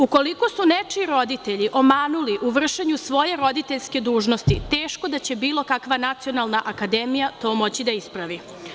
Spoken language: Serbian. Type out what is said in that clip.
Ukoliko su nečiji roditelji omanuli u vršenju svoje roditeljske dužnosti, teško da će bilo kakva Nacionalna akademija to moći da ispravi.